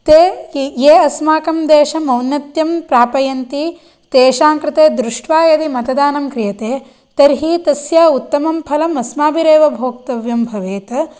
ते ये अस्माकं देशम् औन्नत्यं प्रापयन्ति तेषां कृते दृष्ट्वा यदि मतदानं क्रियते तर्हि तस्य उत्तमं फलम् अस्माभिरेव भोक्तव्यं भवेत्